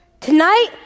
Tonight